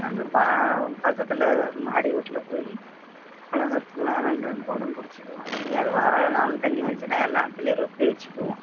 அங்கே பக்கத்தில் மாடி வீட்ல போய் பொழங்கறதுக்குலாம் ரெண்டு ரெண்டு குடம் புடிச்சிக்குவோம் எங்கேயாவது வர நல்ல தண்ணி வந்துச்சுனா எல்லாத்துலேயும் ரொப்பி வச்சிக்குவோம்